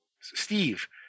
Steve